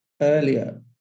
earlier